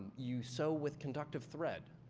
you sew with conductive thread,